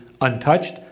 untouched